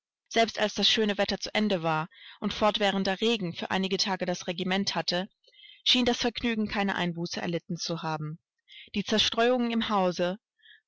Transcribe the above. selbst als das schöne wetter zu ende war und fortwährender regen für einige tage das regiment hatte schien das vergnügen keine einbuße erlitten zu haben die zerstreuungen im hause